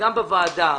וגם בוועדה,